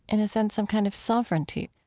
in a sense, some kind of sovereignty